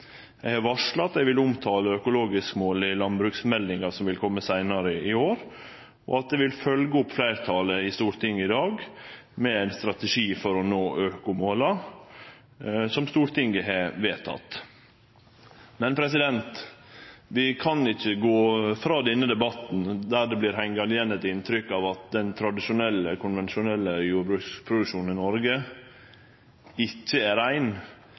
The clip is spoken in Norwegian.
Eg har varsla at eg vil omtale økologisk-målet i landbruksmeldinga, som kjem seinare i år, og at eg vil følgje opp fleirtalet i Stortinget i dag med ein strategi for å nå økomåla som Stortinget har vedteke. Men vi kan ikkje gå frå denne debatten og la det verte hengjande igjen eit inntrykk av at den tradisjonelle, konvensjonelle jordbruksproduksjonen i Noreg ikkje er